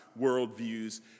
worldviews